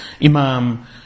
Imam